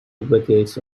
advocates